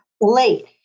late